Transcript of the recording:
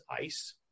ice